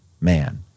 man